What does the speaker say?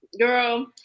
girl